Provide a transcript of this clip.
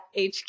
hq